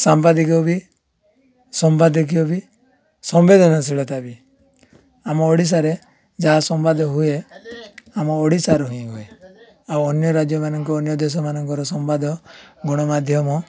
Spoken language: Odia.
ସାମ୍ପଦିକ ବି ସମ୍ବାଦକୀୟ ବି ସମ୍ବେଦନଶୀଳତା ବି ଆମ ଓଡ଼ିଶାରେ ଯାହା ସମ୍ବାଦ ହୁଏ ଆମ ଓଡ଼ିଶାରୁ ହିଁ ହୁଏ ଆଉ ଅନ୍ୟ ରାଜ୍ୟମାନଙ୍କୁ ଅନ୍ୟ ଦେଶ ମାନଙ୍କର ସମ୍ବାଦ ଗଣମାଧ୍ୟମ